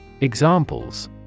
examples